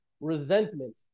resentment